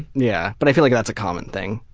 yeah. but i feel like that's a common thing,